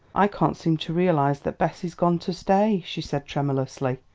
i can't seem to realise that bessie's gone to stay, she said tremulously.